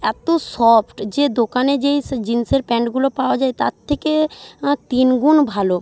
এতো সফট যে দোকানে যেই সে জিনসের প্যান্টগুলো পাওয়া যায় তার থেকে তিনগুণ ভালো